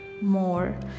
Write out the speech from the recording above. more